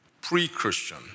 pre-Christian